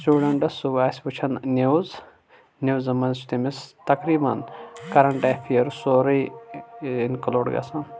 students سہُ آسہِ وٕچھان نِوٕز نِوٕزن منٛز چھُ تٔمِس تقریبن کرنٹ افیررس سُورُے اِنکلوٗڈ گژھان